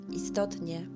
istotnie